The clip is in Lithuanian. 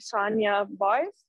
sonja bois